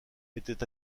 était